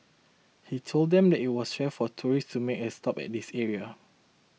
he told them that it was rare for tourists to make a stop at this area